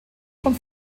von